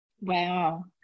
Wow